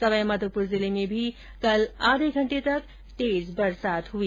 सवाईमाधोपुर जिले में भी कल आधे घंटे तक तेज बरसात हुई